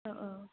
अ अ